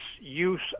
use